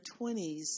20s